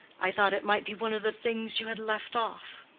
i thought it might be one of the things you had left off.